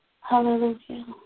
Hallelujah